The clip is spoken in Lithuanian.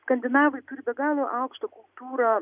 skandinavai turi be galo aukštą kultūrą